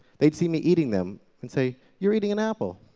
the'd see me eating them and say, you're eating an apple!